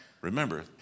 remember